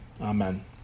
amen